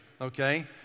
okay